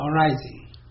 arising